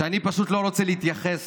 שאני פשוט לא רוצה להתייחס